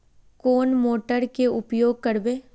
कौन मोटर के उपयोग करवे?